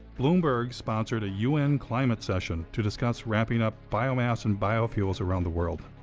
bloomberg sponsored a u n. climate session to discuss wrapping up biomass and biofuels around the world.